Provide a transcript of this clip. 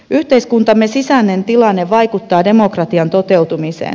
yhteiskuntamme sisäinen tilanne vaikuttaa demokratian toteutumiseen